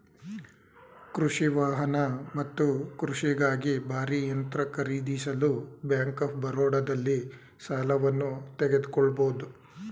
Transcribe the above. ಕೃಷಿ ವಾಹನ ಮತ್ತು ಕೃಷಿಗಾಗಿ ಭಾರೀ ಯಂತ್ರ ಖರೀದಿಸಲು ಬ್ಯಾಂಕ್ ಆಫ್ ಬರೋಡದಲ್ಲಿ ಸಾಲವನ್ನು ತೆಗೆದುಕೊಳ್ಬೋದು